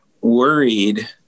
worried